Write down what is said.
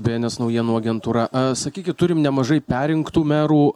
bėenes naujienų agentūra sakykit turim nemažai perrinktų merų